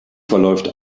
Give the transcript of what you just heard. verläuft